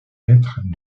maîtres